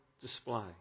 display